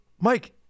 Mike